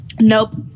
Nope